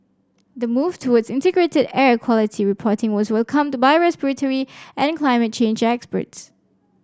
the move towards integrated air quality reporting was welcomed by respiratory and climate change experts